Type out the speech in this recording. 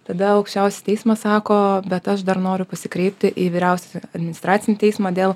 tada aukščiausias teismas sako bet aš dar noriu pasikreipti į vyriausiąjį administracinį teismą dėl